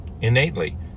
innately